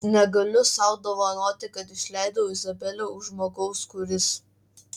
negaliu sau dovanoti kad išleidau izabelę už žmogaus kuris